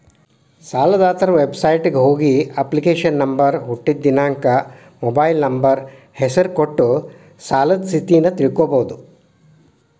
ಸಾಲದಾತರ ವೆಬಸೈಟ್ಗ ಹೋಗಿ ಅಪ್ಲಿಕೇಶನ್ ನಂಬರ್ ಹುಟ್ಟಿದ್ ದಿನಾಂಕ ಮೊಬೈಲ್ ನಂಬರ್ ಹೆಸರ ಕೊಟ್ಟ ಸಾಲದ್ ಸ್ಥಿತಿನ ತಿಳ್ಕೋಬೋದು